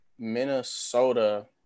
Minnesota